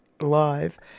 live